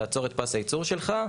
תעצור את פס הייצור שלך,